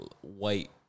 White